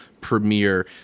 premiere